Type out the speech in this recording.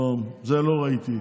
לא ראיתי.